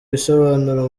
bisobanuro